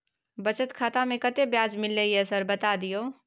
बचत खाता में कत्ते ब्याज मिलले ये सर बता दियो?